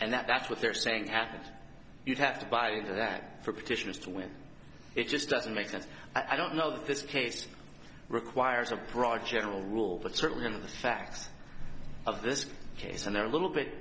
and that's what they're saying happened you'd have to buy into that for petitioners to win it just doesn't make sense i don't know that this case requires a broad general rule but certainly in the facts of this case and they're a little bit